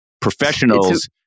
professionals